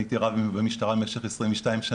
אני הייתי רב במשטרה במשך 22 שנים,